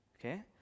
Okay